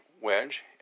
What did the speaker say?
wedge